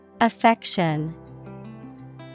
Affection